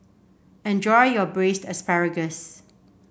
enjoy your Braised Asparagus